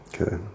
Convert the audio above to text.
Okay